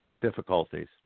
difficulties